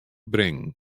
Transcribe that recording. bringen